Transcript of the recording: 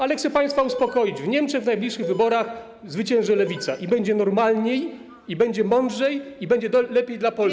Ale chcę państwa uspokoić: w Niemczech w najbliższych wyborach zwycięży Lewica - i będzie normalniej, i będzie mądrzej, i będzie lepiej dla Polski.